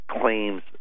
claims